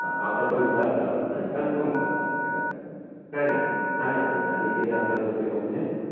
हांव ताका विचारतां आनी कनफर्म करता मॅडम काय नोजो सांगात तुमी आनी कितें आसा तुमची कम्प्लेन्ट